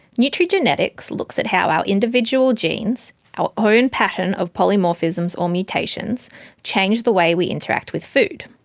nutrigenetics looks at how our individual genes our own pattern of polymorphisms or mutations change the way we interact with food.